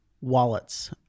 wallets